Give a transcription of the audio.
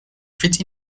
fit